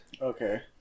Okay